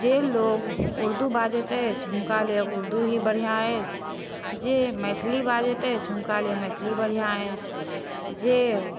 जे लोक उर्दू बाजैत अछि हुनका लिए उर्दू ही बढ़िआँ अछि जे मैथिली बाजैत अछि हुनका लिए मैथिली बढ़िआँ अछि जे